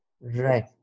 Right